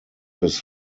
his